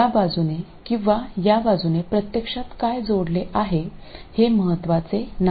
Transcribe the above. या बाजूने किंवा या बाजूने प्रत्यक्षात काय जोडले आहे हे महत्त्वाचे नाही